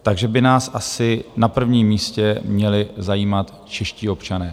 Takže by nás asi na prvním místě měli zajímat čeští občané.